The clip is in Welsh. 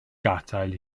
gadael